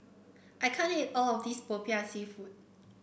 I can't eat all of this Popiah seafood